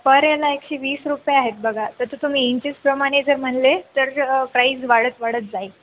पर याला एकशे वीस रुपये आहेत बघा त तर तुम्ही इंचेसप्रमाणे जर म्हणाले तर प्राईज वाढत वाढत जाईल